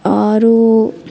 ଆରୁ